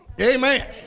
Amen